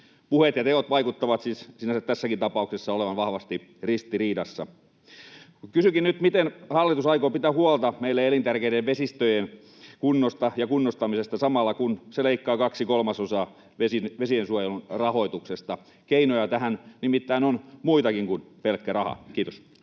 Puheet ja teot vaikuttavat siis sinänsä tässäkin tapauksessa olevan vahvasti ristiriidassa. Kysynkin nyt: miten hallitus aikoo pitää huolta meille elintärkeiden vesistöjen kunnosta ja kunnostamisesta samalla, kun se leikkaa kaksi kolmasosaa vesiensuojelun rahoituksesta? Keinoja tähän nimittäin on muitakin kuin pelkkä raha. — Kiitos.